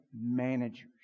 managers